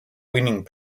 winning